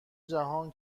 جهان